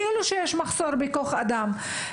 כאילו שיש מחסור בכוח אדם.